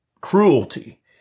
cruelty